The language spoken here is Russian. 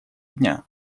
дня